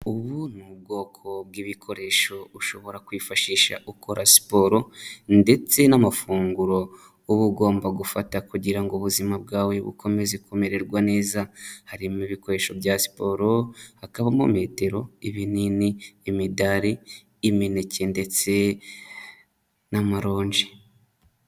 Ubu ni ubwoko bw'ibikoresho ushobora kwifashisha ukora siporo ndetse n'amafunguro uba ugomba gufata kugira ngo ubuzima bwawe bukomeze kumererwa neza, harimo ibikoresho bya siporo, hakabamo metero, ibinini, imidari, imineke ndetse n'amaronji.